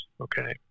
okay